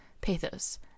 pathos